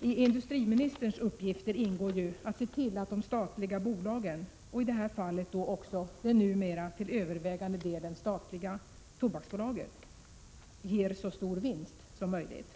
I industriministerns uppgifter ingår ju att se till att de statliga bolagen — och i det här fallet också det numera till övervägande delen statliga Tobaksbolaget — ger så stor vinst som möjligt.